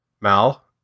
mal